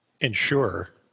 ensure